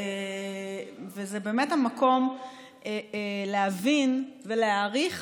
וזה באמת המקום להבין ולהעריך